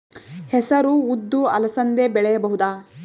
ಹೆಸರು ಉದ್ದು ಅಲಸಂದೆ ಬೆಳೆಯಬಹುದಾ?